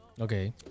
Okay